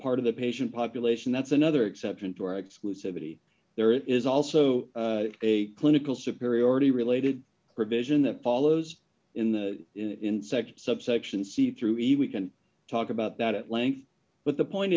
part of the patient population that's another exception to our exclusivity there is also a clinical superiority related provision that follows in the in section subsections see through eve we can talk about that at length but the point